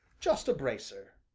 just a bracer!